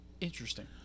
Interesting